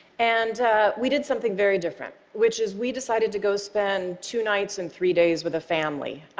and we did something very different, which is, we decided to go spend two nights and three days with a family.